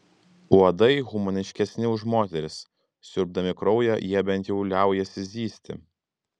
uodai humaniškesni už moteris siurbdami kraują jie bent jau liaujasi zyzti